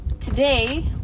today